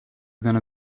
gonna